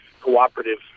cooperative